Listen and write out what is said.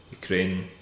Ukraine